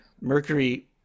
Mercury